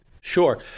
Sure